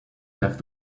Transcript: have